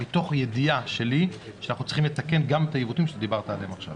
תוך ידיעה שלי שאנחנו צריכים לתקן גם את העיוותים שדיברת עליהם עכשיו.